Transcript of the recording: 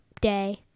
day